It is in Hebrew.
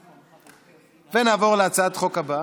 היושב-ראש,